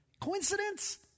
Coincidence